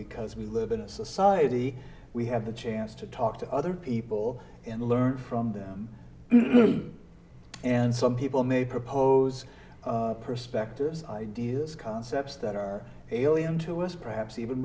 because we live in a society we have the chance to talk to other people and learn from them and some people may propose perspectives ideas concepts that are alien to us perhaps even